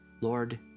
Lord